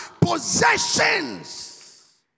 possessions